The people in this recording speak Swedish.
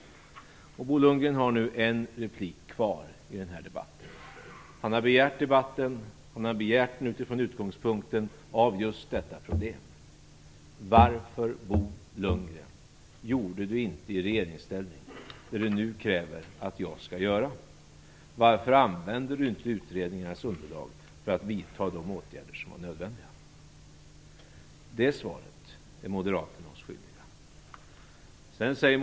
Bo Lundgren har nu en replik kvar i den här debatten. Det är han som har begärt debatten utifrån just detta problem. Varför gjorde inte Bo Lundgren i regeringsställning det som han nu kräver att jag skall göra? Varför använde inte Bo Lundgren utredningarnas underlag för att vidta de åtgärder som var nödvändiga? Där är Moderaterna oss svaret skyldiga.